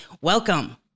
Welcome